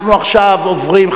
אנחנו עכשיו עוברים,